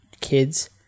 kids